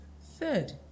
third